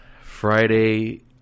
Friday